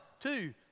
Two